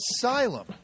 asylum